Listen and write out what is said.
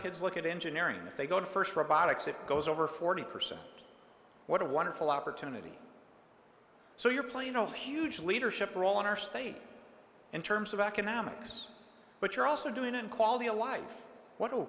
kids look at engineering if they go to first robotics it goes over forty percent what a wonderful opportunity so you're playing a huge leadership role in our state in terms of economics but you're also doing it in quality of life what